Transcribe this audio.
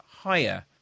higher